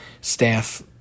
staff